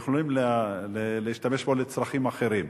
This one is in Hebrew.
שהם יכולים להשתמש בו לצרכים אחרים.